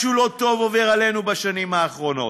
משהו לא טוב עובר עלינו בשנים האחרונות.